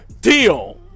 Deal